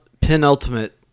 penultimate